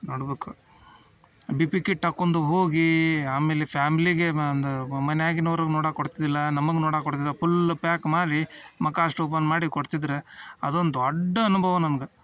ನೋಡ್ಬೇಕು B P kit ಹಾಕೊಂಡು ಹೋಗಿ ಆಮೇಲೆ ಫ್ಯಾಮ್ಲಿಗೆ ಬಂದು ಬ ಮನ್ಯಾಗಿನವ್ರಿಗೆ ನೋಡೋಕೆ ಕೊಡ್ತಿದ್ದಿಲ್ಲ ನಮಗೆ ನೋಡೋಕೆ ಕೊಡ್ತಿದ್ದಿಲ್ಲ ಪುಲ್ ಪ್ಯಾಕ್ ಮಾಡಿ ಮುಖ ಅಷ್ಟು ಓಪನ್ ಮಾಡಿ ಕೊಡ್ತಿದ್ರು ಅದೊಂದು ದೊಡ್ಡ ಅನುಭವ ನಮ್ಗೆ